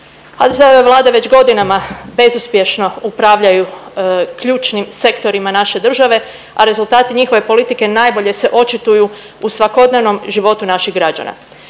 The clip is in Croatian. HDZ-ove Vlade već godinama bezuspješno upravljaju ključnim sektorima naše države, a rezultati njihove politike najbolje se očituju u svakodnevnom životu naših građana.